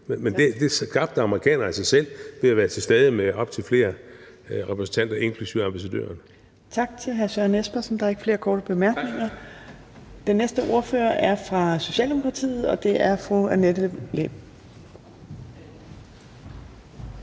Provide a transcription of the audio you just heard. Men det skabte amerikanerne altså selv ved at være til stede med op til flere repræsentanter, inklusive ambassadøren. Kl. 17:37 Fjerde næstformand (Trine Torp): Tak til hr. Søren Espersen. Der er ikke flere korte bemærkninger. Den næste ordfører er fra Socialdemokratiet, og det er fru Annette Lind.